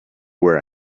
where